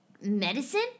Medicine